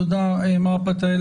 תודה, מר פתאל.